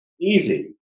easy